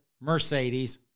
Mercedes